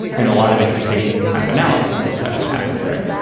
and a lot of interesting kind of analysis and discussion happens there.